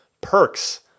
perks